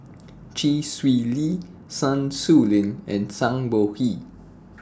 Chee Swee Lee Sun Xueling and Zhang Bohe